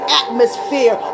atmosphere